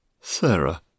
Sarah